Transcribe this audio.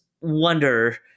wonder